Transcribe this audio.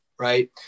Right